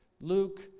Luke